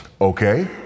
Okay